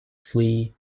flee